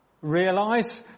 realise